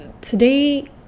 today